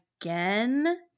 again